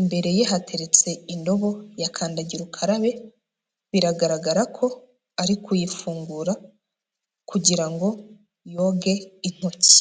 imbere ye hateretse indobo ya kandagira ukarabe, biragaragara ko ari kuyifungura kugira ngo yoge intoki.